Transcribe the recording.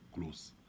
close